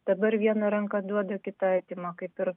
dabar viena ranka duoda kita artima kaip ir